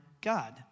God